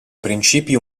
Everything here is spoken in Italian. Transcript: principi